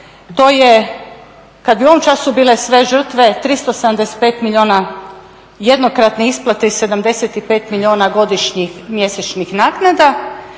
To je, kad bi u ovom času bile sve žrtve 375 milijuna jednokratne isplate i 75 milijuna godišnjih mjesečnih naknada.